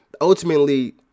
ultimately